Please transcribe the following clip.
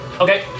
Okay